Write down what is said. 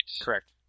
Correct